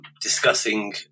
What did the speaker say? discussing